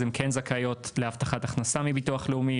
הן כן זכאיות להבטחת הכנסה מביטוח לאומי.